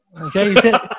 Okay